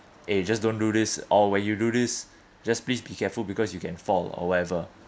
eh just don't do this or when you do this just please be careful because you can fall or whatever